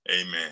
Amen